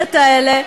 הכנסת טיבי.